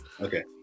Okay